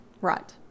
Right